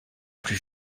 plus